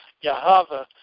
Yahweh